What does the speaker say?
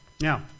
Now